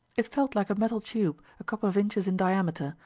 it felt like a metal tube a couple of inches in diameter,